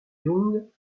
young